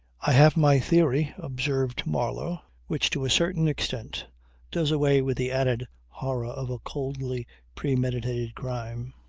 i have my theory, observed marlow, which to a certain extent does away with the added horror of a coldly premeditated crime.